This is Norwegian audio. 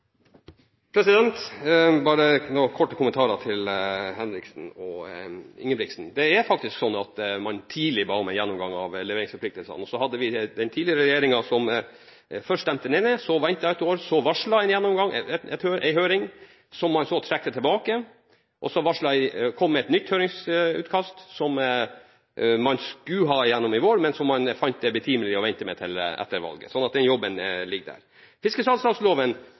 Bare noen korte kommentarer til Henriksen og Ingebrigtsen. Det er faktisk sånn at man tidlig ba om en gjennomgang av leveringsforpliktelsene. Så hadde vi den tidligere regjeringen, som først stemte den ned, så ventet ett år, så varslet en høring, som man trakk tilbake, og så kom man med et nytt høringsutkast som man skulle ha gjennom i vår, men som man fant det betimelig å vente med til etter valget. Så den jobben ligger der.